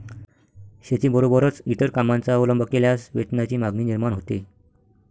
शेतीबरोबरच इतर कामांचा अवलंब केल्यास वेतनाची मागणी निर्माण होते